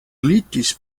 glitis